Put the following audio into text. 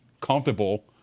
comfortable